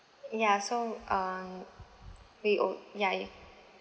ya so um we o~ ya it